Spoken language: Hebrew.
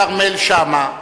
כרמל שאמה,